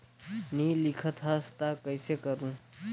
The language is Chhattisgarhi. नी लिखत हस ता कइसे करू?